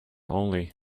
only